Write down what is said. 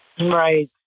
Right